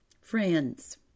Friends